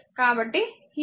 5 i0 కాబట్టి ఈ current 0